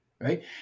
right